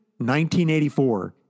1984